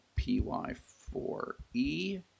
py4e